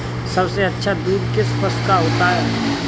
सबसे अच्छा दूध किस पशु का होता है?